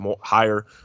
higher